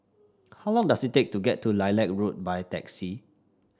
how long does it take to get to Lilac Road by taxi